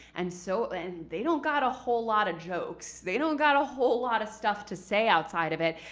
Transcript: and so and they don't got a whole lot of jokes. they don't got a whole lot of stuff to say outside of it.